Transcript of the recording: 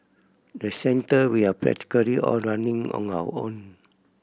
the centre we are practically all running on our own